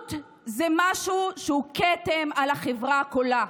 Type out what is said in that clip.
זנות היא משהו שהוא כתם על החברה כולה,